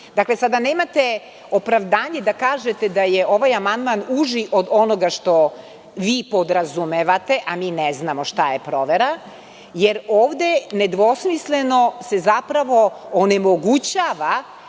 delatnošću. Sada nemate opravdanje da kažete da je ovaj amandman uži od onoga što vi podrazumevate, a mi ne znamo šta je provera, jer se ovde nedvosmisleno zapravo onemogućava